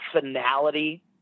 finality